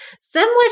similar